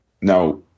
Now